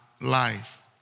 life